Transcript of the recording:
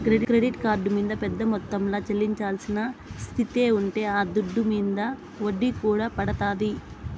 credit card మింద పెద్ద మొత్తంల చెల్లించాల్సిన స్తితే ఉంటే ఆ దుడ్డు మింద ఒడ్డీ కూడా పడతాది